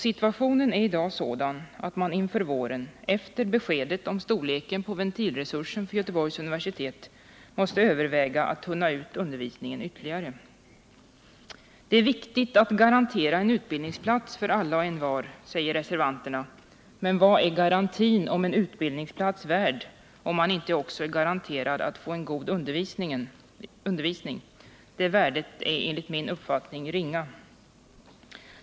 Situationen är i dag sådan att man inför våren — efter beskedet om storleken på ventilresursen för Göteborgs universitet — måste överväga att tunna ut undervisningen ytterligare. Det är viktigt att garantera en utbildningsplats för alla och envar, säger reservanterna. Men vad är garantin för en utbildningsplats värd om man inte också är garanterad att få en god undervisning? Det värdet är enligt min uppfattning ringa.